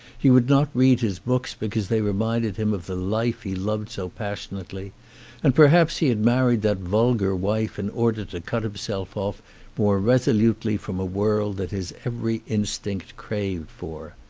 he would not read his books because they reminded him of the life he loved so passionately and perhaps he had married that vulgar wife in order to cut himself off more resolutely from a world that his every instinct craved for.